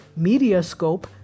Mediascope